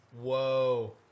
Whoa